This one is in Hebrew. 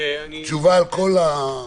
תשובה על הכול.